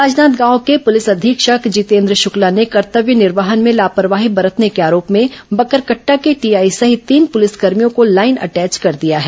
राजनांदगांव के पुलिस अधीक्षक जितेन्द्र शक्ला ने कर्तव्य निर्वहन में लापरवाही बरतने के आरोप में बकरकटटा के टीआई सहित तीन पुलिस कर्भियों को लाईन अटैच कर दिया है